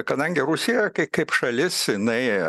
kadangi rusija kai kaip šalis jinai